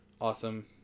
awesome